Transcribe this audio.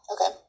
Okay